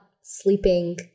sleeping